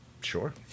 Sure